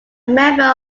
member